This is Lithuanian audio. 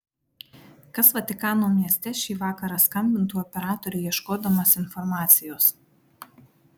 kas vatikano mieste šį vakarą skambintų operatoriui ieškodamas informacijos